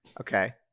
Okay